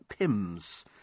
pims